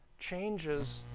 changes